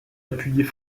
appuyait